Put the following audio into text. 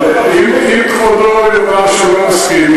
אבל אם כבודו יאמר שהוא לא מסכים,